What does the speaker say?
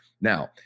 Now